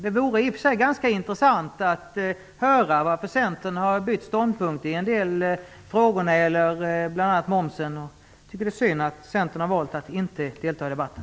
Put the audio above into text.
Det vore i och för sig ganska intressant att höra varför Centern har bytt ståndpunkt bl.a. när det gäller momsen. Det är synd att Centern har valt att inte delta i debatten.